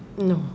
no